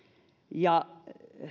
ja